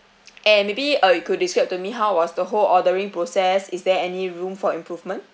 and maybe uh you could describe to me how was the whole ordering process is there any room for improvement